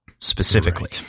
specifically